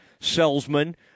salesman